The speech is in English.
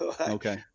Okay